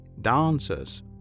dancers